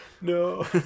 No